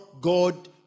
God